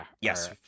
Yes